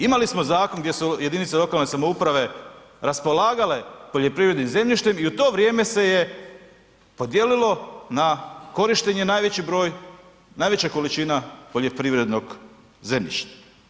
Imali smo zakon gdje su jedinice lokalne samouprave raspolagale poljoprivrednim zemljištem i u to vrijeme se je podijelilo na korištenje najveći broj, najveća količina poljoprivrednog zemljišta.